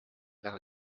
väga